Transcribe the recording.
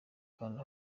kanda